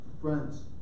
Friends